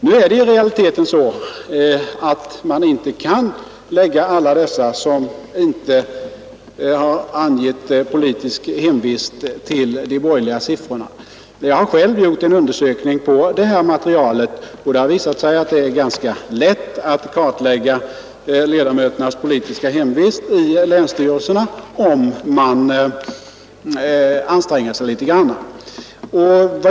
Nu är det i realiteten så att man inte till de borgerliga siffrorna kan föra alla dessa som inte har angett politisk hemvist. Jag har själv gjort en undersökning på det här materialet. Det har visat sig ganska lätt att kartlägga länsstyrelseledamöternas politiska hemvist om man anstränger sig litet.